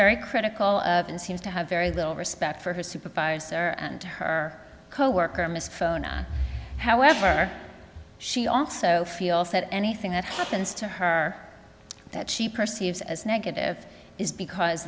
very critical of and seems to have very little respect for her supervisor and her coworker miss phono however she also feels that anything that happens to her that she perceives as negative is because